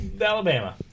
Alabama